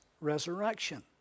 resurrection